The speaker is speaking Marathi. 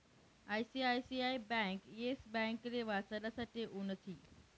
आय.सी.आय.सी.आय ब्यांक येस ब्यांकले वाचाडासाठे उनथी